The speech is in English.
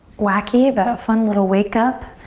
wacky but a fun little wake up.